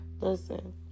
Listen